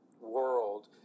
world